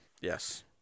Yes